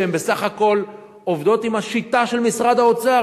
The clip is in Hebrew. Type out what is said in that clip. שהן בסך הכול עובדות עם השיטה של משרד האוצר.